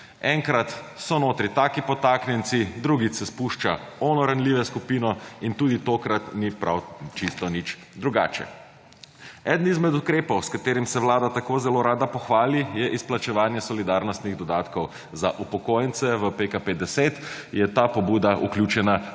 Enkrat so notri taki podtaknjenci, drugič se spušča v ono ranljivo skupino in tudi tokrat ni prav čisto nič drugače. Eden izmed ukrepov s katerim se vlada tako zelo rada pohvali je izplačevanje solidarnostnih dodatkov za upokojence, v PKP10 je ta pobuda vključena